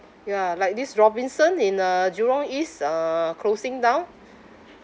ya like this robinson in uh jurong east uh closing down